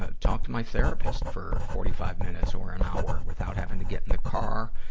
ah talk to my therapist for forty five minutes or an hour without having to get in the car.